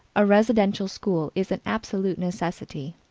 a residential school is an absolute necessity.